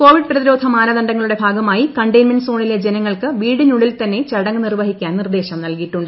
Covid പ്രതിരോധ മാനദണ്ഡങ്ങളുടെ ഭാഗമായി കണ്ടെയിൻമെന്റ് സോണിലെ ജനങ്ങൾക്ക് വീടിനുള്ളിൽ തന്നെ ചടങ്ങ് നിർവഹിക്കാൻ നിർദ്ദേശം നൽകിയിട്ടുണ്ട്